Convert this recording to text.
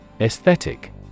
Aesthetic